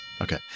Okay